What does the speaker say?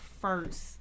first